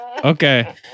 Okay